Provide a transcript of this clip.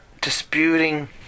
disputing